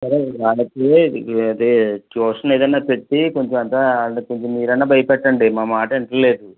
సరే ఇంకా రాబట్టి ఏది అది ట్యూషన్ ఏదైన పెట్టి కొంచెం అట్ట అంటే కొంచెం మీరు అయిన భయం పెట్టండి మా మాట ఇంట్లేదు